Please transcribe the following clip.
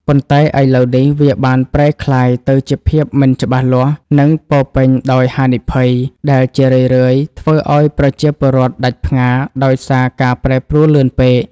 ប៉ុន្តែឥឡូវនេះវាបានប្រែក្លាយទៅជាភាពមិនច្បាស់លាស់ និងពោរពេញដោយហានិភ័យ ដែលជារឿយៗធ្វើឱ្យប្រជាពលរដ្ឋដាច់ផ្ងារដោយសារការប្រែប្រួលលឿនពេក។